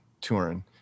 touring